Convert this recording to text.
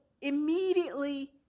immediately